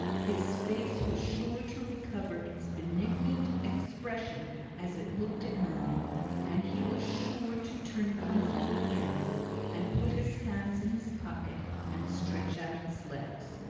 his face was sure to recover its benignant expression as it looked at mine and he was sure to turn comfortable again and put his hands in his pockets and stretch out his legs.